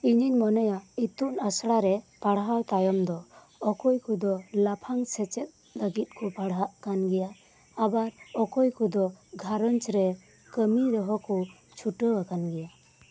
ᱤᱧᱤᱧ ᱢᱚᱱᱮᱭᱟ ᱤᱛᱩᱱ ᱟᱥᱲᱟᱨᱮ ᱯᱟᱲᱦᱟᱣ ᱛᱟᱭᱚᱢ ᱫᱚ ᱚᱠᱚᱭ ᱠᱚᱫᱚ ᱞᱟᱯᱷᱟᱝ ᱥᱮᱪᱮᱫ ᱞᱟᱜᱤᱫ ᱠᱚ ᱯᱟᱲᱦᱟᱜ ᱠᱟᱱ ᱜᱮᱭᱟ ᱟᱵᱟᱨ ᱚᱠᱚᱭ ᱠᱚᱫᱚ ᱜᱷᱟᱨᱚᱸᱡᱽ ᱨᱮ ᱠᱟᱹᱢᱤ ᱨᱮᱦᱚᱸ ᱠᱚ ᱪᱷᱩᱴᱟᱹᱣᱟᱠᱟᱱ ᱜᱮᱭᱟ